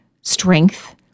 strength